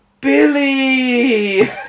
Billy